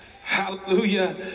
hallelujah